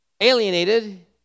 alienated